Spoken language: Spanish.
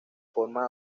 forma